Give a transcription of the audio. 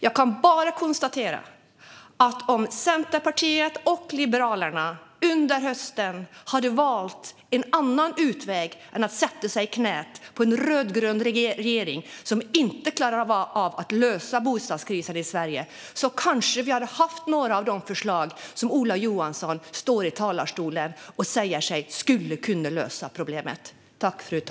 Jag kan konstatera att om Centerpartiet och Liberalerna under hösten hade valt en annan utväg än att sätta sig i knät på en rödgrön regering, som inte klarar av att lösa bostadskrisen i Sverige, hade vi kanske haft några av de förslag som Ola Johansson från talarstolen säger skulle kunna lösa problemet.